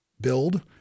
build